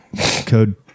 code